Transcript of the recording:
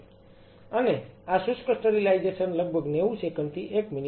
અને આ શુષ્ક સ્ટરીલાઈઝેશન લગભગ 90 સેકંડ થી એક મિનિટ લે છે